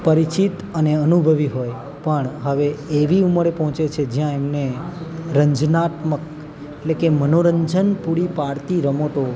પરિચિત અને અનુભવી હોય પણ હવે એવી ઉંમરે પહોંચે છે જ્યાં એમને રંજનાત્મક એટલે કે મનોરંજન પૂરી પાડતી રમતો